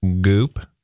Goop